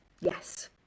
Yes